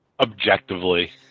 objectively